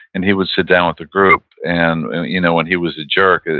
and he would sit down with the group and you know when he was a jerk,